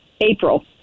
April